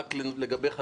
רק לגביך,